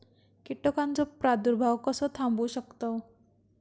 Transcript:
कीटकांचो प्रादुर्भाव कसो थांबवू शकतव?